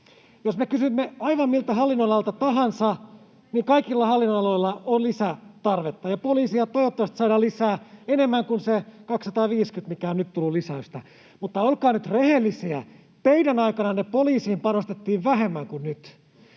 Jos me kysymme aivan miltä hallinnonalalta tahansa, niin kaikilla hallinnonaloilla on lisätarvetta. Poliiseja toivottavasti saadaan lisää enemmän kuin se 250, mikä on nyt tullut lisäystä, mutta olkaa rehellisiä: teidän aikananne poliisiin panostettiin vähemmän kuin nyt.